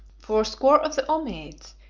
fourscore of the ommiades,